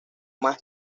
más